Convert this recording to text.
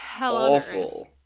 awful